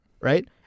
right